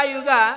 Yuga